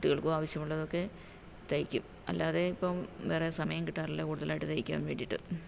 കുട്ടികൾക്കും ആവശ്യമുള്ളതൊക്കെ തയ്ക്കും അല്ലാതെ ഇപ്പം വേറെ സമയം കിട്ടാറില്ല കൂടുതലായിട്ട് തയ്ക്കാൻ വേണ്ടിട്ട്